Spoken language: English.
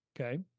Okay